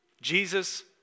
Jesus